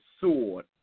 sword